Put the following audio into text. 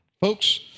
folks